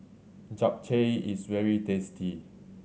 japchae is very tasty